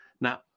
now